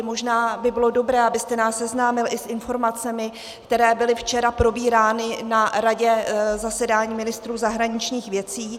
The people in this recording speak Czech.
Možná by bylo dobré, abyste nás seznámil i s informacemi, které byly včera probírány na Radě, zasedání ministrů zahraničních věcí.